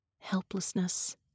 helplessness